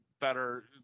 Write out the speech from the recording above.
Better